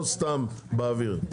לא סתם באוויר.